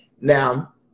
Now